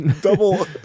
double